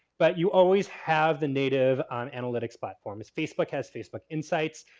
but you always have the native on analytics platform. it's facebook has facebook insights,